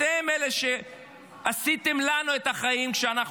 אתם אלה שעשיתם לנו את החיים קשים כשאנחנו